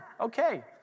okay